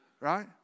Right